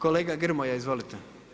Kolega Grmoja izvolite.